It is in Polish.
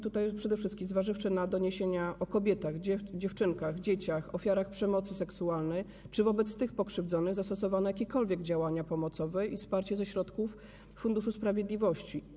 Tutaj przede wszystkim, zważywszy na doniesienia o kobietach, dziewczynkach, dzieciach - ofiarach przemocy seksualnej, pytam, czy wobec tych pokrzywdzonych zastosowano jakiekolwiek działania pomocowe i wsparcie ze środków Funduszu Sprawiedliwości.